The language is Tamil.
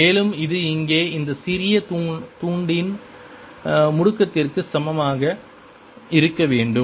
மேலும் இது இங்கே இந்த சிறிய துண்டின் முடுக்கத்திற்கு சமமாக இருக்க வேண்டும்